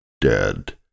dead